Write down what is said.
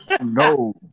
No